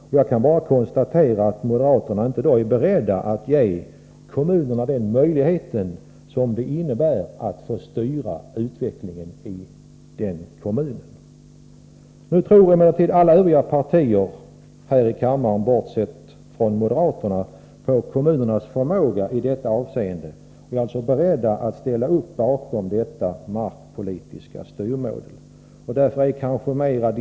Och jag kan bara konstatera att moderaterna inte i dag är redo att ge kommunerna den möjlighet som denna lag ger att styra utvecklingen inom den egna kommunen. Alla övriga partier här i kammaren tror dock på kommunernas förmåga i detta avseende och är beredda att ställa upp bakom detta markpolitiska styrmedel. Herr talman!